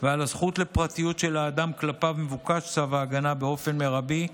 ועל הזכות לפרטיות של האדם שכלפיו מבוקש צו ההגנה באופן מרבי,